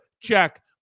check